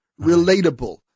relatable